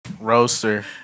roaster